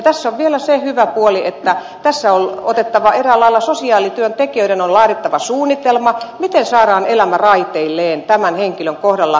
tässä on vielä se hyvä puoli että sosiaalityöntekijöiden on laadittava suunnitelma miten saadaan elämä raiteilleen tämän henkilön kohdalla